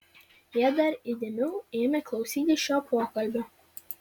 jie dar įdėmiau ėmė klausytis šio pokalbio